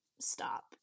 stop